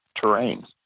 terrain